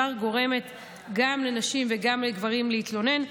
כבר גורמות גם לנשים וגם לגברים להתלונן,